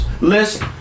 list